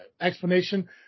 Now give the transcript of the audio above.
explanation